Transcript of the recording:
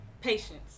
patience